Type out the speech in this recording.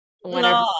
whenever